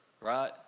Right